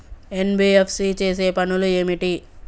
NBFC చేసే పనులు ఏమిటి?